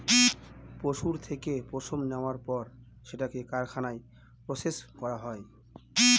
পশুর থেকে পশম নেওয়ার পর সেটাকে কারখানায় প্রসেস করা হয়